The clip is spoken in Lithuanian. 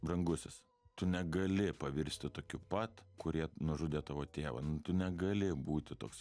brangusis tu negali pavirsti tokiu pat kurie nužudė tavo tėvą nu tu negali būti toks